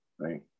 right